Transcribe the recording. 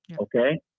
okay